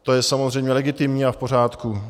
To je samozřejmě legitimní a v pořádku.